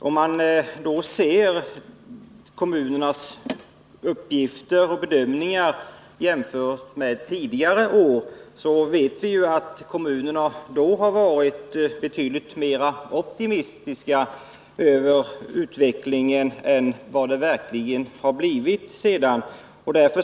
Vi vet att kommunerna tidigare år har varit alltför optimistiska i sin bedömning av utvecklingen — i verkligheten har det blivit betydligt mindre.